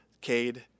Cade